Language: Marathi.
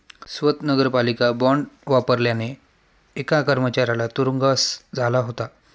स्वत नगरपालिका बॉंड वापरल्याने एका कर्मचाऱ्याला तुरुंगवास झाला होता